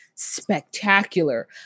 spectacular